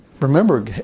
Remember